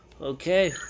Okay